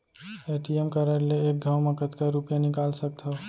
ATM card ले एक घव म कतका रुपिया निकाल सकथव?